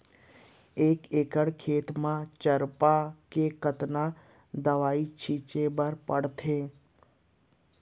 एक एकड़ खेत म चरपा के कतना दवई छिंचे बर पड़थे?